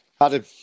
Adam